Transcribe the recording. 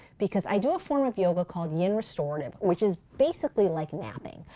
because i do a form of yoga called yin restorative, which is basically like napping,